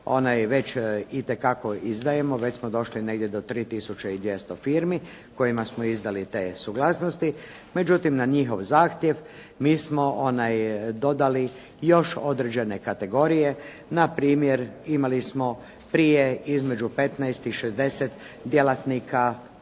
već itekako izdajemo, već smo došli negdje do 3 tisuće i 200 firmi kojima smo izdali te suglasnosti. Međutim na njihov zahtjev mi smo dodali još određene kategorije npr. imali smo prije između 15 i 60 djelatnika po